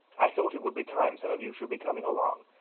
i thought it would be time some of you should be coming along.